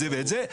את זה ואת זה".